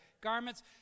garments